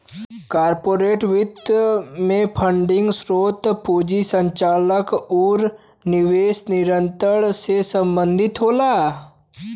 corporate वित्त में funding स्रोत, पूंजी संरचना आुर निवेश निर्णय से संबंधित होला